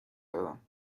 دارم